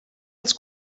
els